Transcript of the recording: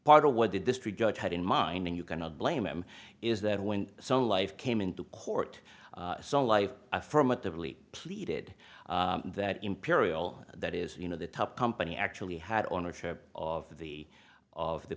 part of what the district judge had in mind and you cannot blame him is that when some life came into court so life affirmatively pleaded that imperial that is you know the top company actually had ownership of the of the